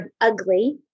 ugly